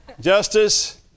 Justice